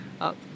up